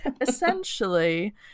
essentially